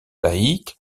laïc